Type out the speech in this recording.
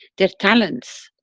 their talents,